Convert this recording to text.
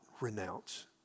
renounce